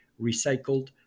recycled